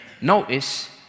notice